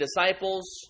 disciples